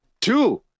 Two